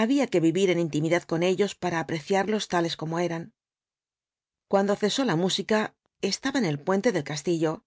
había que vivir en intimidad con ellos para apreciarlos tales como eran cuando cesó la música estaba en el puente del castillo